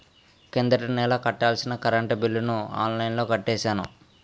కిందటి నెల కట్టాల్సిన కరెంట్ బిల్లుని ఆన్లైన్లో కట్టేశాను